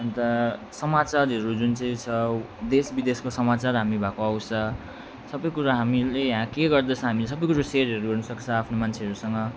अन्त समाचारहरू जुन चाहिँ छ देश विदेशको समाचार हामी भएको आउँछ सबै कुरो हामीले के गर्दछ हामी सबै कुरो सेयरहरू गर्न सक्छ आफ्नो मान्छेहरूसँग